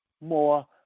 more